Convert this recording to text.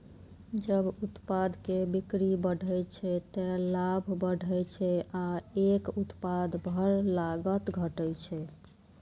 जब उत्पाद के बिक्री बढ़ै छै, ते लाभ बढ़ै छै आ एक उत्पाद पर लागत घटै छै